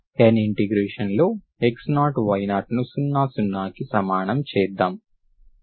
N integration లో x0y0ను 0 0 కి సమానం చేద్దాము